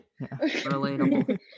Relatable